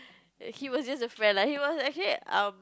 he was just a friend lah he was actually our